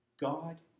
God